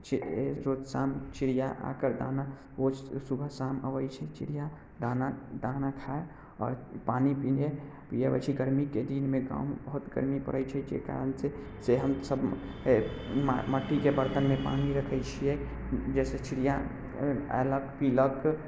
रोज शाम चिड़िया आकर दाना रोज सुबह शाम अबैत छै चिड़िया दाना खाय आओर पानी पीयै अबैत छै गरमीके दिनमे गाँवमे बहुत गरमी पड़ैत छै जाहि कारणसँ हमसभ मट्टीके बर्तनमे पानि रखैत छियै जाहिसँ चिड़िया अयलक पीलक